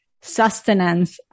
sustenance